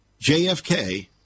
JFK